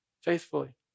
faithfully